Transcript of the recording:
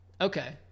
Okay